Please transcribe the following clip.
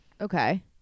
Okay